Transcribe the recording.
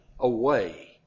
Away